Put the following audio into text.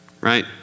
right